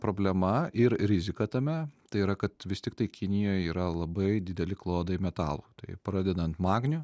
problema ir rizika tame tai yra kad vis tiktai kinijoj yra labai dideli klodai metalo tai pradedant magniu